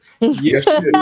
Yes